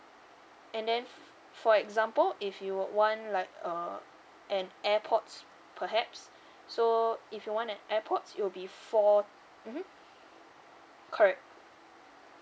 and then for example if you want like uh an airpods perhaps so if you want an airpods you'll be four mmhmm correct